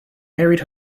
married